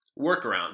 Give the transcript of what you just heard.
workaround